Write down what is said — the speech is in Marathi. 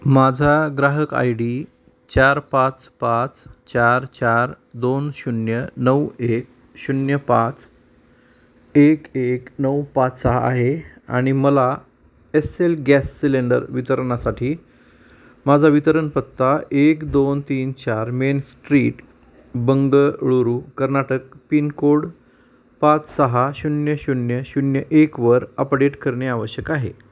माझा ग्राहक आय डी चार पाच पाच चार चार दोन शून्य नऊ एक शून्य पाच एक एक नऊ पाच सहा आहे आणि मला एस्सेल गॅस सिलेंडर वितरणासाठी माझा वितरण पत्ता एक दोन तीन चार main street Bengaluru Karnataka pincode पाच सहा शून्य शून्य शून्य एकवर अपडेट करणे आवश्यक आहे